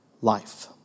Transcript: life